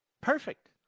Perfect